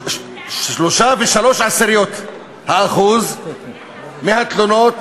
ו-3.3% מהתלונות